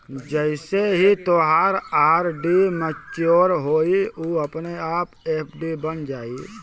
जइसे ही तोहार आर.डी मच्योर होइ उ अपने आप एफ.डी बन जाइ